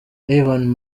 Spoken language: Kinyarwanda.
ivan